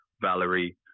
Valerie